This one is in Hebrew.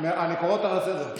אני קורא אותך לסדר.